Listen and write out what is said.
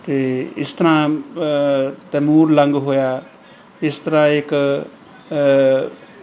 ਅਤੇ ਇਸ ਤਰ੍ਹਾਂ ਤੈਮੂਰ ਲੰਗ ਹੋਇਆ ਇਸ ਤਰ੍ਹਾਂ ਇੱਕ